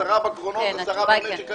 10 בקרונות ו-10 במשק הישראלי.